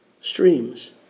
Streams